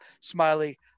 smiley